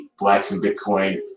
BlacksandBitcoin